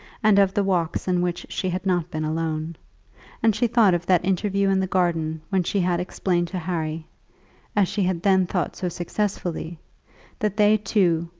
and of the walks in which she had not been alone and she thought of that interview in the garden when she had explained to harry as she had then thought so successfully that they two,